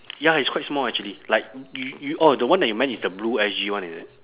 ya it's quite small actually like you you orh the one that you meant is the blue S_G one is it